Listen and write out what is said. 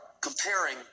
comparing